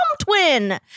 twin